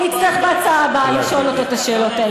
אני אצטרך בהצעה הבאה לשאול אותו את השאלות האלה.